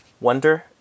wonder